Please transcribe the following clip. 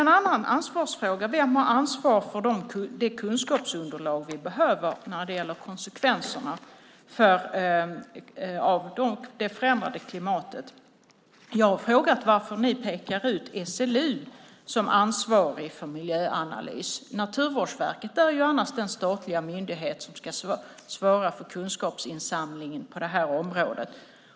En annan ansvarsfråga: Vem har ansvar för det kunskapsunderlag vi behöver när det gäller konsekvenserna av det förändrade klimatet? Jag har frågat varför ni pekar ut SLU som ansvarig för miljöanalys. Naturvårdsverket är annars den statliga myndighet som ska svara för kunskapsinsamlingen på det här området.